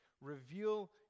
reveal